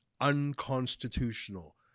unconstitutional